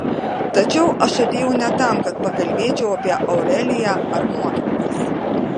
tačiau aš atėjau ne tam kad pakalbėčiau apie aureliją ar nuotraukas